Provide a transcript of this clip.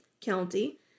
County